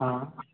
हँ